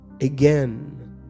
Again